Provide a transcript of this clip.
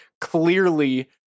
clearly